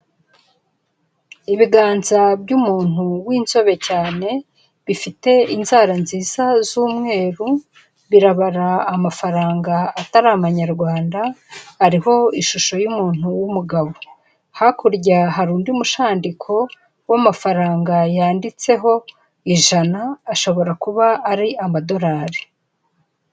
Ibiganza by'umuntu w'insobe cyane, bifite inzara nziza z'umweru birabara amafaranga atari amanyarwanda, ariho ishusho y'umuntu w'umugabo hakurya hari undi mushandiko w'amafaranga yanditseho ijana ashobora kuba ari amadolari.